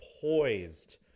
poised